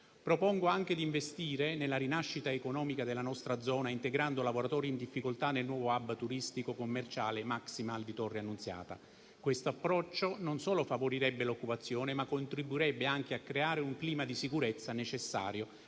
Propongo anche di investire nella rinascita economica della nostra zona, integrando lavoratori in difficoltà nel nuovo *hub* turistico commerciale Maximall di Torre Annunziata. Questo approccio non solo favorirebbe l'occupazione, ma contribuirebbe anche a creare un clima di sicurezza necessario